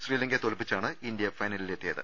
ശ്രീലങ്കയെ തോൽപ്പിച്ചാണ് ഇന്ത്യ ഫൈനലി ലെത്തിയത്